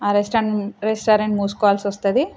ఆ restaurant restaurant మూసుకోవాల్సి వస్తుంది